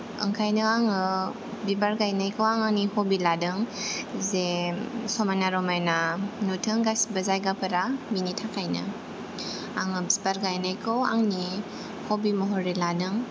ओंखायनो आङो बिबार गायनायखौ आं आंनि हबि लादों जे समायना रमायना नुथों गासैबो जायगाफोरा बिनि थाखायनो आङो बिबार गायनायखौ आंनि हबि महरै लादों